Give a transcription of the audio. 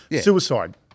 suicide